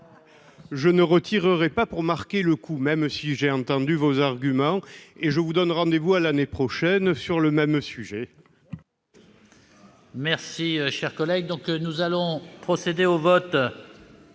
mes amendements pour marquer le coup, même si j'ai entendu vos arguments. Je vous donne rendez-vous à l'année prochaine, sur le même sujet